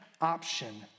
option